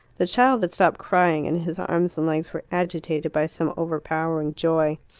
the child had stopped crying, and his arms and legs were agitated by some overpowering joy.